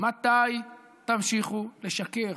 מתי תמשיכו לשקר?